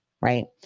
right